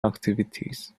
activities